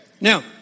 Now